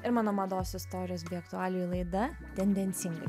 ir mano mados istorijos bei aktualijų laida tendencingai